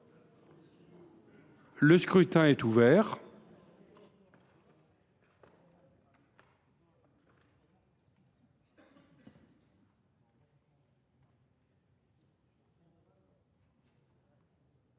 Le scrutin est ouvert.